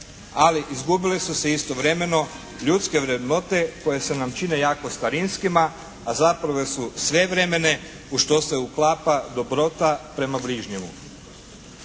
Ali izgubile su se istovremeno ljudske vrednote koje nam se čine jako starinskima a zapravo su svevremene u što se uklapa dobrota prema bližnjemu.